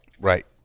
Right